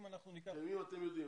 אם אתם יודעים.